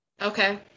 okay